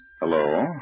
Hello